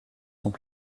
sont